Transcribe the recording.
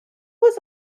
was